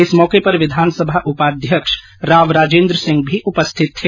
इस अवसर पर विधानसभा उपाध्यक्ष राव राजेन्द्र सिंह भी उपस्थित थे